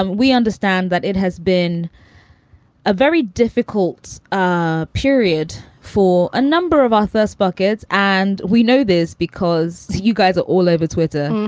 and we understand that it has been a very difficult ah period for a number of authors buckets. and we know this because you guys are all over twitter